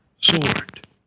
sword